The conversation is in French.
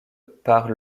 par